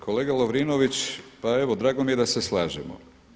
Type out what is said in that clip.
Kolega Lovrinović, pa evo drago mi je da se slažemo.